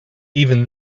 even